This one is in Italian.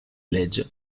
legge